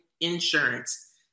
insurance